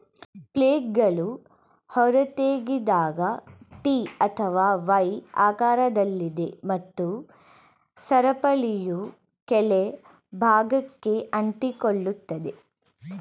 ಫ್ಲೇಲ್ಗಳು ಹೊರತೆಗೆದಾಗ ಟಿ ಅಥವಾ ವೈ ಆಕಾರದಲ್ಲಿದೆ ಮತ್ತು ಸರಪಳಿಯು ಕೆಳ ಭಾಗಕ್ಕೆ ಅಂಟಿಕೊಳ್ಳುತ್ತದೆ